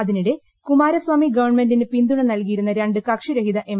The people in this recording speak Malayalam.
അതിനിടെ കുമാരസ്വാമി ഗവൺമെന്റിന് പിൻതുണ നൽകിയിരുന്ന രണ്ട് കക്ഷിരഹിത എം